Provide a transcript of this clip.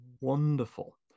Wonderful